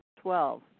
Twelve